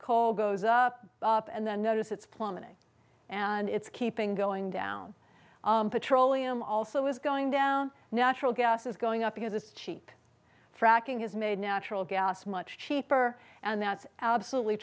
call goes up up and then notice it's plummeting and it's keeping going down petroleum also is going down natural gas is going up because it's cheap fracking has made natural gas much cheaper and that's absolutely